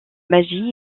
magie